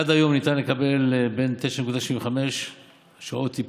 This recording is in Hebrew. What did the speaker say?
עד היום ניתן לקבל בין 9.75 שעות ל-22